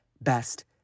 best